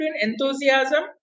enthusiasm